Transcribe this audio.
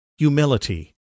Humility